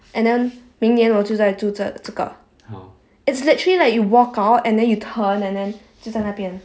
and then 明年我就在住这儿这个 it's literally like you walk out and then you turn and then 就在那边